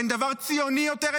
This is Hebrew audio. אין דבר ציוני יותר,